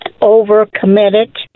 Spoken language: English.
over-committed